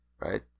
right